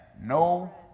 no